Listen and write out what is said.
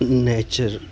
nature